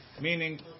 Meaning